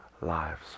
lives